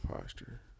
posture